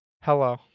Hello